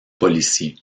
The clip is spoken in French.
policier